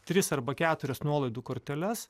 tris arba keturias nuolaidų korteles